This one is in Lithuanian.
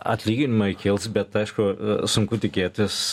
atlyginimai kils bet aišku sunku tikėtis